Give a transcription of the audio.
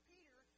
Peter